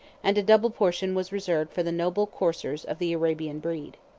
and a double portion was reserved for the noble coursers of the arabian breed.